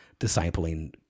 discipling